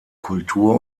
kultur